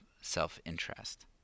self-interest